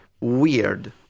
weird